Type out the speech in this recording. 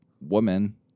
woman